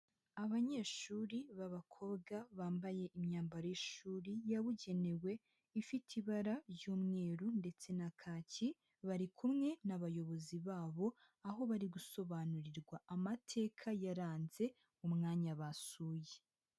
Abanyeshuri b'abakobwa bambaye imyambaro y'ishuri yabugenewe ifite ibara ry'umweru ndetse na kaki, bari kumwe n'abayobozi babo aho bari gusobanurirwa amateka yaranze umwanya basuye.